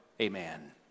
Amen